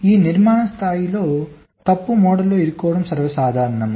ఈ నిర్మాణ స్థాయిలో తప్పు మోడళ్లలో ఇరుక్కోవడం సర్వసాధారణం